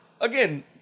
again